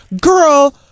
girl